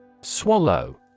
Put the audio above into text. Swallow